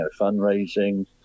fundraising